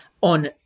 On